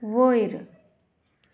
वयर